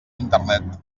internet